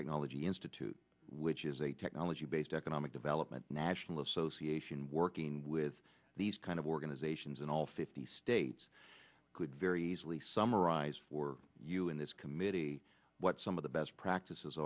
technology institute which is a technology based economic development national association working with these kind of organizations and fifty states could very easily summarize for you in this committee what some of the best practices